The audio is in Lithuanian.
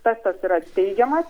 testas yra teigiamas